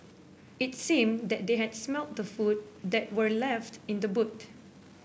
it seemed that they had smelt the food that were left in the boot